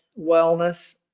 wellness